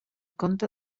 conte